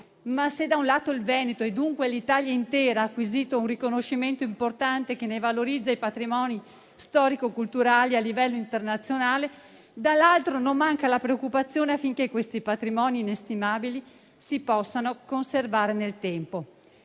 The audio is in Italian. Ma se, da un lato, il Veneto, e dunque l'Italia intera, ha acquisito un riconoscimento importante che ne valorizza i patrimoni storico-culturali a livello internazionale, dall'altro, non manca la preoccupazione affinché questi patrimoni inestimabili si possano conservare nel tempo.